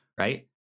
Right